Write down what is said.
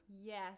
Yes